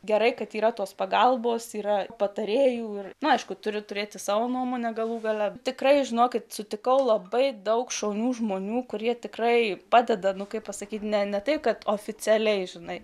gerai kad yra tos pagalbos yra patarėjų aišku turi turėti savo nuomonę galų gale tikrai žinokit sutikau labai daug šaunių žmonių kurie tikrai padeda nu kaip pasakyt ne ne tai kad oficialiai žinai